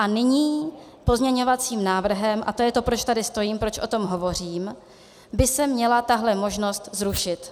A nyní pozměňovacím návrhem, a to je to, proč tady stojím, proč o tom hovořím, by se měla tahle možnost zrušit.